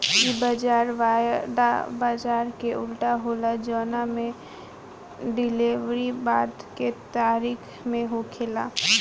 इ बाजार वायदा बाजार के उल्टा होला जवना में डिलेवरी बाद के तारीख में होखेला